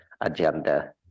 agenda